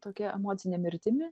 tokia emocine mirtimi